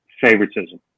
favoritism